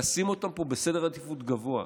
לשים אותם פה בסדר עדיפות גבוה.